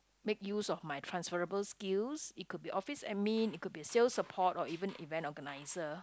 make use of my transferable skills it could be office admin it could be sales support or even event organizer